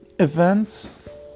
events